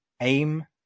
aim